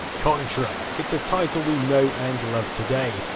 contra! it's a title we know and love today,